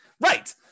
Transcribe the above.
Right